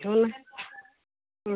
हो ना हो